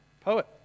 poet